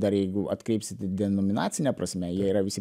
dar jeigu atkreipsite denominacine prasme jie yra visi